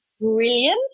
brilliant